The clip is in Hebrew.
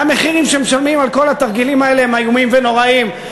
והמחירים שמשלמים על כל התרגילים האלה הם איומים ונוראים,